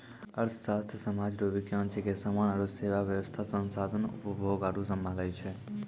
अर्थशास्त्र सामाज रो विज्ञान छिकै समान आरु सेवा वेवस्था संसाधन उपभोग आरु सम्हालै छै